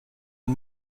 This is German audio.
ein